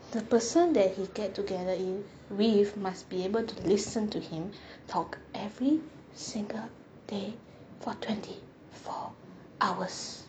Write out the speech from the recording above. the person that he get together if with must be able to listen to him talk every single day for twenty four hours